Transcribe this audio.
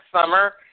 summer